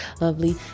lovely